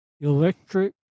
electric